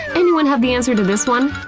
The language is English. anyone have the answer to this one?